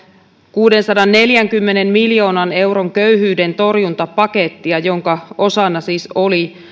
kuudensadanneljänkymmenen miljoonan euron köyhyydentorjuntapakettia jonka osana siis oli